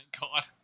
God